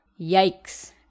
Yikes